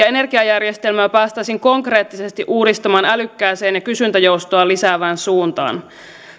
energiajärjestelmää päästäisiin konkreettisesti uudistamaan älykkääseen ja kysyntäjoustoa lisäävään suuntaan